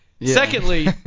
Secondly